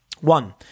One